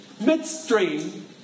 midstream